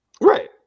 Right